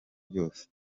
byose